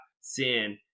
sin